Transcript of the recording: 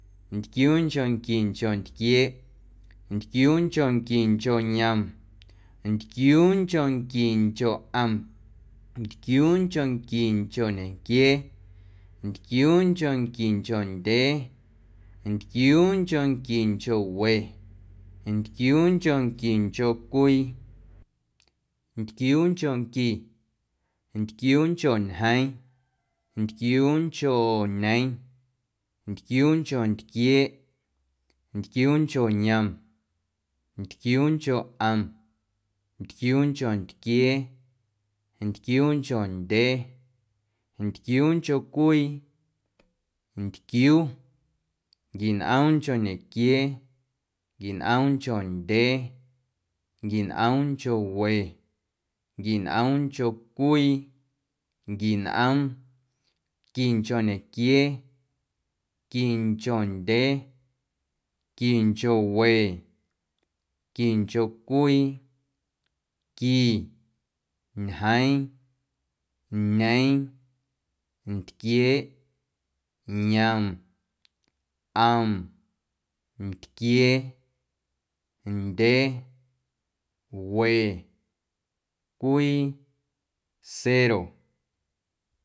Ntquiuunchonquincho ntquieeꞌ, ntquiuunchonquincho yom, ntquiuunchonquincho ꞌom, ntquiuunchonquincho ñenquiee, ntquiuunchonquincho ndyee, ntquiuunchonquincho we, ntquiuunchonquincho cwii, ntquiuunchonqui, ntquiuuncho ñjeeⁿ, ntquiuuncho ñeeⁿ, ntquiuuncho ntquieeꞌ, ntquiuuncho yom, ntquiuuncho ꞌom, ntquiuuncho ntquiee, ntquiuuncho ndyee, ntquiuuncho we, ntquiuuncho cwii, ntquiuu, nquinꞌoomncho ñequiee, nquinꞌoomncho ndyee, nquinꞌoomncho we, nquinꞌoomncho cwii, nquinꞌoom, quinchoñequiee, quinchondyee, quinchowe, quinchocwii, qui, ñjeeⁿ, ñeeⁿ, ntquieeꞌ, yom, ꞌom, ntquiee, ndyee, we, cwii, cero.